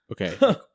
Okay